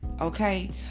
Okay